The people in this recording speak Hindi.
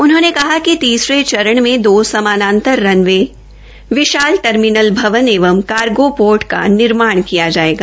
उन्होंने कहा कि तीसरे चरण में दो सामानांतर रन वे विशाल टर्मिनल भवन एवं कार्गो पोर्ट का निर्माण किया जायेगा